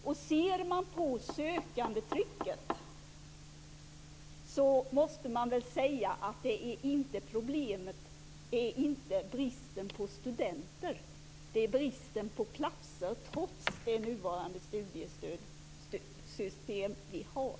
När man ser på sökandetrycket måste man säga sig att problemet inte är bristen på studenter utan bristen på platser trots det studiestödssystem som vi har.